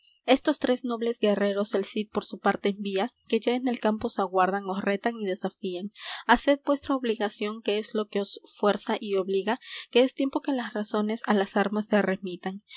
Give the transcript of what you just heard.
estos tres nobles guerreros el cid por su parte envía que ya en el campo os aguardan os retan y desafían haced vuestra obligación que es lo que os fuerza y obliga que es tiempo que las razones á las armas se remitan